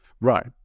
right